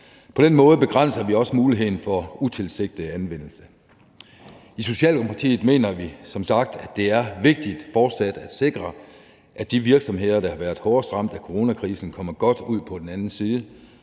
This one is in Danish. På den måde begrænser vi også muligheden for utilsigtet anvendelse. I Socialdemokratiet mener vi som sagt, at det er vigtigt fortsat at sikre, at de virksomheder, der har været hårdest ramt af coronakrisen, kommer godt ud på den anden side,